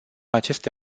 aceste